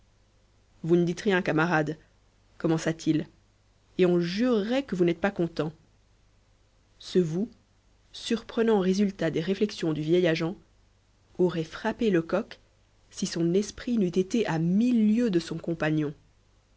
vous ne dites rien camarade commença-t-il et on jurerait que vous n'êtes pas content ce vous surprenant résultat des réflexions du vieil agent aurait frappé lecoq si son esprit n'eût été à mille lieues de son compagnon